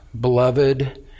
beloved